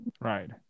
right